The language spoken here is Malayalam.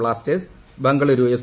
Blasters Bengaluru F